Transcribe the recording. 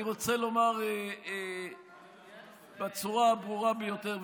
אני רוצה לומר בצורה הברורה ביותר,